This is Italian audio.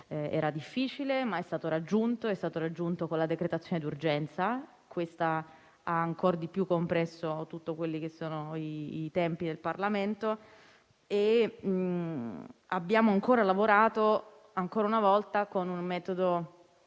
era difficile. Ma è stato raggiunto ed è stato raggiunto con la decretazione d'urgenza, che ha ancor di più compresso tutti quelli che sono i tempi del Parlamento. Abbiamo lavorato ancora una volta con un metodo